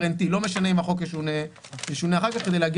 לא משנה אם החוק משונה אחר כך.